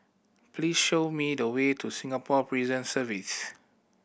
please show me the way to Singapore Prison Service